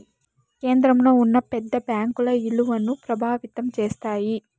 కేంద్రంలో ఉన్న పెద్ద బ్యాంకుల ఇలువను ప్రభావితం చేస్తాయి